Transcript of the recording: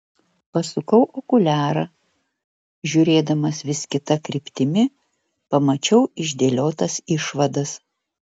pasukau okuliarą žiūrėdamas vis kita kryptimi pamačiau išdėliotas išvadas